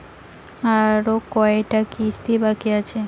আরো কয়টা কিস্তি বাকি আছে?